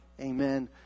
Amen